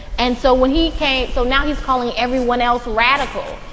and so when he came so now he's calling everyone else radical.